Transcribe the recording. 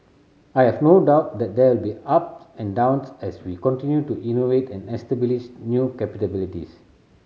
I have no doubt that there will be ups and downs as we continue to innovate and establish new capabilities